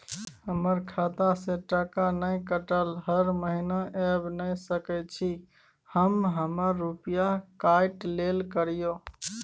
हमर खाता से टका नय कटलै हर महीना ऐब नय सकै छी हम हमर रुपिया काइट लेल करियौ?